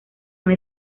una